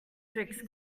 twixt